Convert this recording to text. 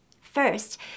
First